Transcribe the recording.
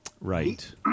Right